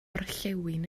orllewin